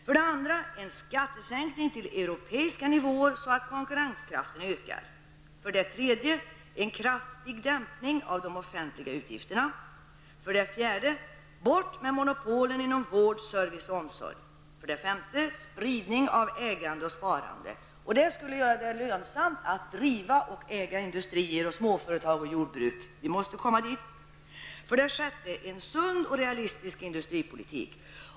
För det andra: En skattesänkning till europeiska nivåer, så att konkurrenskraften ökar. För det tredje: En kraftig dämpning av de offentliga utgifterna. För det fjärde: Bort med monopolen inom vård, service och omsorg. För det femte: Spridning av ägande och sparande. Detta skulle göra det lönsamt att driva och äga industrier, småföretag och jordbruk. Vi måste komma dit. För det sjätte: En sund och realistisk industripolitik.